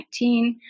2019